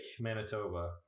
Manitoba